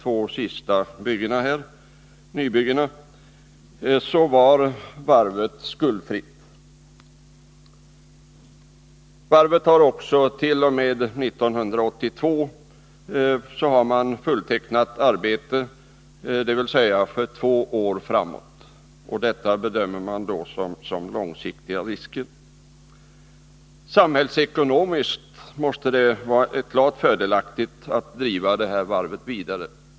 Varvet har också full sysselsättning t.o.m. 1982, dvs. för två år framåt. I detta läge talar regeringen om långsiktiga risker. Samhällsekonomiskt måste det vara klart fördelaktigt att driva detta varv vidare.